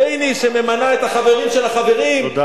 בייניש, שממנה את החברים של החברים.